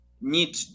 need